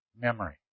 memory